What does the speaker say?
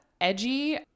edgy